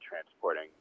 transporting